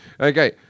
okay